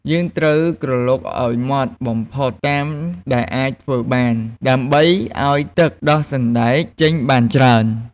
យើងត្រូវក្រឡុកឱ្យម៉ដ្ឋបំផុតតាមដែលអាចធ្វើបាន ដើម្បីឱ្យទឹកដោះសណ្តែកចេញបានច្រើន។